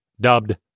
dubbed